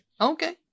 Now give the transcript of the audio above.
Okay